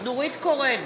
נורית קורן,